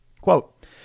Quote